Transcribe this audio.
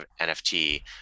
nft